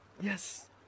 Yes